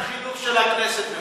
ועדת החינוך של הכנסת.